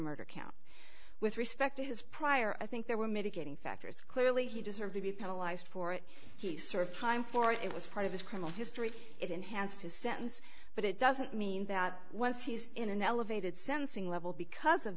murder count with respect to his prior i think there were mitigating factors clearly he deserved to be penalized for it he served time for it was part of his criminal history it enhanced his sentence but it doesn't mean that once he's in an elevated sensing level because of